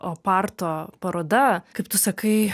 oparto paroda kaip tu sakai